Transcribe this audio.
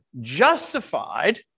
justified